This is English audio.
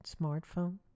smartphone